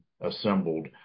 assembled